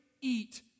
eat